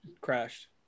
crashed